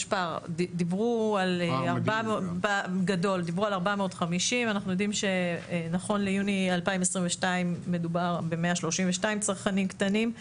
דיברו על 450 ואנחנו יודעים שנכון ליוני 2022 מדובר ב-132 צרכנים קטנים,